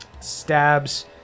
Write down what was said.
Stabs